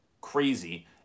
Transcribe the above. crazy